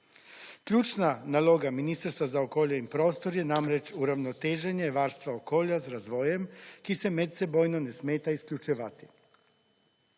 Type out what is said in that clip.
Ključna naloga Ministrstva za okolje in prostor je namreč uravnoteženje varstva okolja z razvojem, ki se medsebojno ne smeta izključevati.